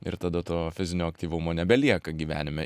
ir tada to fizinio aktyvumo nebelieka gyvenime